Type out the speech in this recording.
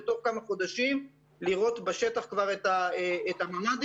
ותוך כמה חודשים לראות בשטח כבר את הממ"דים.